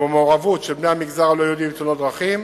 ובמעורבות של בני המגזר הלא-יהודי בתאונות דרכים